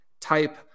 type